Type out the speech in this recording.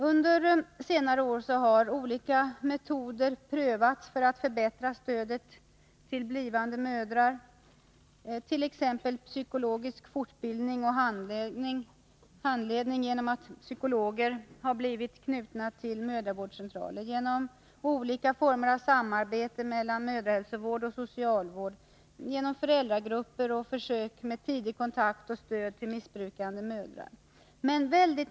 Under senare år har olika metoder prövats för att förbättra stödet till blivande mödrar, t.ex. psykologisk fortbildning och handledning genom att psykologer knutits till mödravårdscentraler, olika former av samarbete mellan mödrahälsovård och socialvård, föräldragrupper samt försök med tidig kontakt och stöd till missbrukande mödrar.